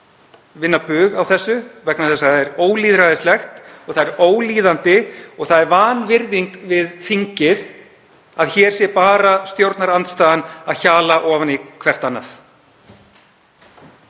vinna bug á þessu vegna þess að það er ólýðræðislegt og það er ólíðandi og það er vanvirðing við þingið að hér sé bara stjórnarandstaðan að hjala hvert ofan